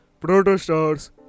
protostars